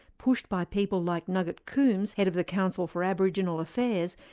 pushed by people like nugget coombs, head of the council for aboriginal affairs,